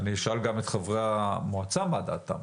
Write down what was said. אני אשאל גם את חברי המועצה מה דעתם,